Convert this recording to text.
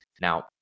Now